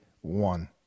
one